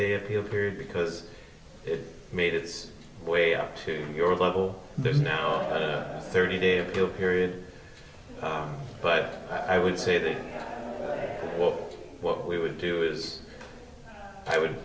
day appeal period because it made its way up to your level there's now thirty day period but i would say that what we would do is i would